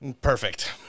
perfect